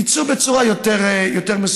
תצאו בצורה יותר מסודרת.